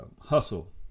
hustle